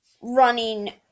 running